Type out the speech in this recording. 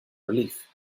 relief